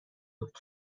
بود